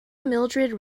mildrid